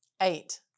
Eight